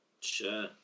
Sure